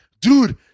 Dude